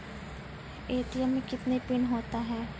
ATM मे कितने PIN होता हैं?